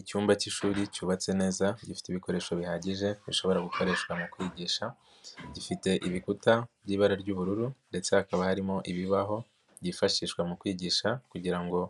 Icyumba k'ishuri cyubatse neza gifite ibikoresho bihagije bishobora gukoreshwa mu kwigisha, gifite ibikuta by'ibara ry'ubururu ndetse hakaba harimo ibibaho byifashishwa mu kwigisha kugira ngo